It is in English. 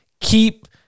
keep